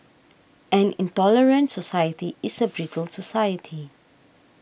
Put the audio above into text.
an intolerant society is a brittle society